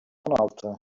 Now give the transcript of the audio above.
altı